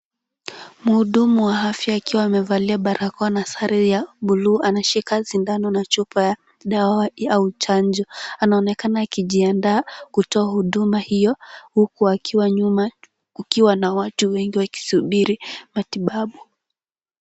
Mhudumu wa afya akiwa amevalia barakoa na sare ya bluu anashika sindano na chupa ya dawa au chanjo. Anaonekana akijiandaa kutoa huduma hiyo huku akiwa nyuma kukiwa na watu wengi wakisubiri matibabu.